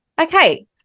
okay